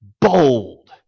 bold